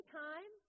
time